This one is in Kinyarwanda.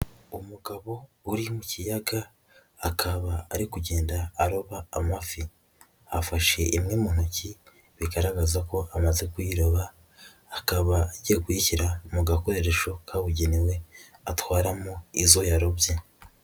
Umugabo uri mu kiyaga akaba ari kugenda aroba amafi, afashe imwe mu ntoki bigaragaza ko amaze kuyiroba, akaba agiye kuyishyira mu gakoresho kabugenewe atwaramo izo yarobye.